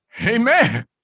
Amen